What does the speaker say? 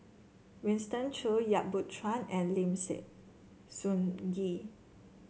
Winston Choo Yap Boon Chuan and Lim Sun Gee